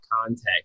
context